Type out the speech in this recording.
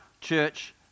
church